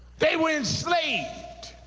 they were enslaved.